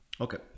okay